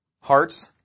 Hearts